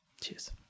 Cheers